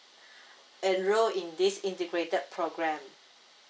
enrol in this integrated program